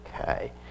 Okay